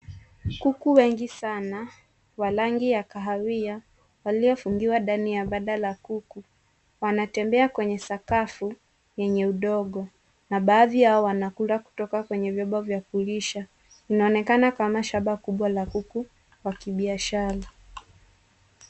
Kuku wengi sana wa rangi ya kahawia waliofungiwa ndani ya banda la kuku wanatembea kwenye sakafu yenye udongo na baadhi yao wanakula kutoka kwenye vyombo vya kulisha. Inaonekana kama shamba kubwa la kuku wa kubiashara.